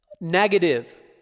negative